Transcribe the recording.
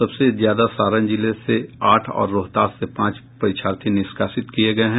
सबसे ज्यादा सारण जिले से आठ और रोहतास से पांच परीक्षार्थी निष्कासति किये गये हैं